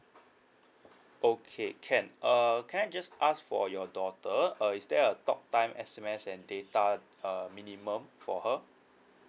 okay can err can I just ask for your daughter uh is there a talk time S_M_S and data uh minimum for her